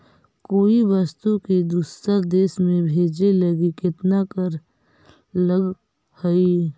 कोई वस्तु के दूसर देश में भेजे लगी केतना कर लगऽ हइ?